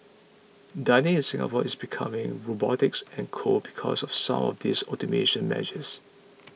dining in Singapore is becoming robotics and cold because of some of these automation measures